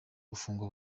gufungwa